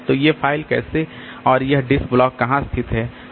तो ये फ़ाइल कैसे और यह डिस्क ब्लॉक कहाँ स्थित थे